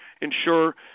ensure